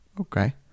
okay